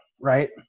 right